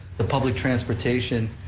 the public transportation,